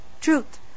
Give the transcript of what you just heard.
Truth